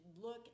look